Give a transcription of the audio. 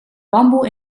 bamboe